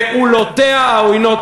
פעולותיה העוינות,